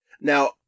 Now